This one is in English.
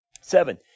Seven